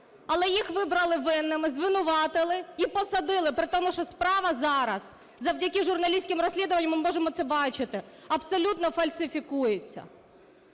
Але їх вибрали винними, звинуватили і посадили, при тому, що справа зараз, завдяки журналістським розслідуванням ми можемо це бачити, абсолютно фальсифікується.